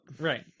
Right